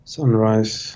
Sunrise